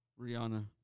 Rihanna